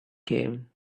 came